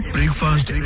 Breakfast